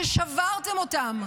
ששברתם אותם,